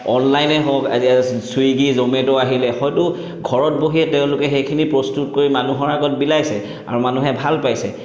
অনলাইনে হওক ছুইগী জ'মেটো আহিলে হয়তো ঘৰত বহিয়েই তেওঁলোকে সেইখিনি প্ৰস্তুত কৰি মানুহৰ আগত বিলাইছে আৰু মানুহে ভাল পাইছে